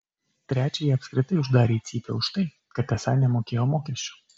trečiąjį apskritai uždarė į cypę už tai kad esą nemokėjo mokesčių